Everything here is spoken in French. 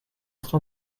train